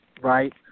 right